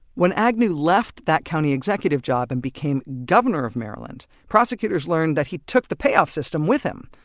when agnew left that county executive job and became governor of maryland, prosecutors learned that he took the payoff system with him.